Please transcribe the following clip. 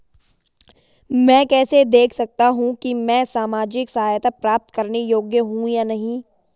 मैं कैसे देख सकता हूं कि मैं सामाजिक सहायता प्राप्त करने योग्य हूं या नहीं?